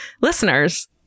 listeners